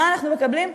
מה אנחנו מקבלים?